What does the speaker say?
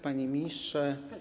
Panie Ministrze!